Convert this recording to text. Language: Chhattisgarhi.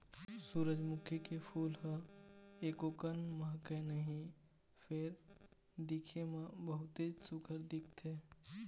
सूरजमुखी के फूल ह एकोकन महकय नहि फेर दिखे म बहुतेच सुग्घर दिखथे